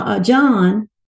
John